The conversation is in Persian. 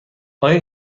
آیا